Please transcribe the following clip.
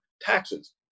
Taxes